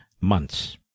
months